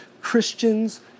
Christians